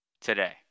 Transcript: today